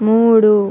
మూడు